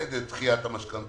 לסבסד את דחיית המשכנתאות